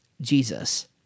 Jesus